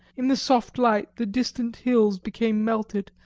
in the soft light the distant hills became melted,